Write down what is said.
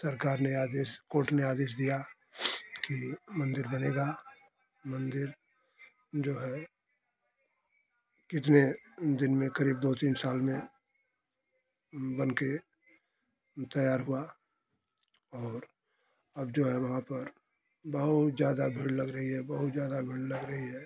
सरकार ने आदेश कोर्ट ने आदेश दिया कि मंदिर बनेगा मंदिर जो है कितने अ दिन में करीब दो तीन साल में बन कर तैयार हुआ और अब जो है वहाँ पर बहुत ज्यादा भीड़ लग रही है बहुत ज्यादा भीड़ लग रही है